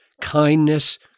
kindness